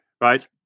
right